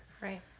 Right